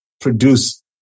produce